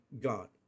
God